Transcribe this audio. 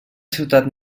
ciutat